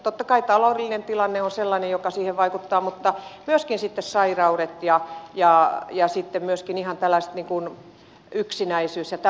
totta kai taloudellinen tilanne on sellainen joka siihen vaikuttaa mutta myöskin sitten sairaudet ja myöskin ihan tällaiset niin kuin yksinäisyys ja tämäntyyppinen